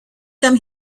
come